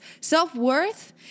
Self-worth